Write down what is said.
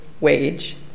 wage